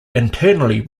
internally